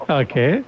okay